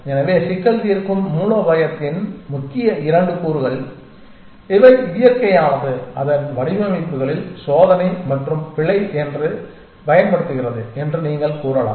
எனவே சிக்கல் தீர்க்கும் மூலோபாயத்தின் முக்கிய 2 கூறுகள் இவை இயற்கையானது அதன் வடிவமைப்புகளில் சோதனை மற்றும் பிழை என்று பயன்படுத்துகிறது என்று நீங்கள் கூறலாம்